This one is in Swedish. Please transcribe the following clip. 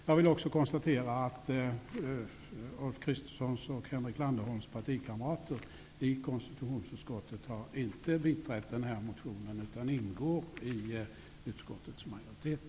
Jag konstaterar också att Ulf Kristerssons och Henrik Landerholms partikamrater i konstitutionsutskottet inte har biträtt den här motionen, utan de ingår i utskottets majoritet.